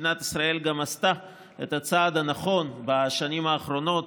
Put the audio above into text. שמדינת ישראל גם עשתה את הצעד הנכון בשנים האחרונות